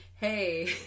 Hey